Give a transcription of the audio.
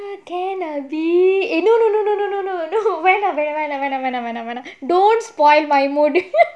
ya can erby eh no no no no no no no no never mind never mind never mind never mind don't spoil my mood